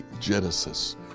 Genesis